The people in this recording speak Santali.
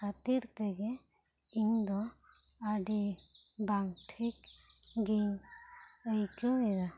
ᱠᱷᱟᱹᱛᱤᱨ ᱛᱮᱜᱮ ᱤᱧᱫᱚ ᱟᱹᱰᱤ ᱵᱟᱝ ᱴᱷᱤᱠ ᱜᱤᱧ ᱟᱭᱠᱟᱹᱣ ᱮᱫᱟ